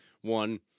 One